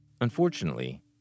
Unfortunately